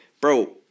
bro